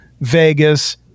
Vegas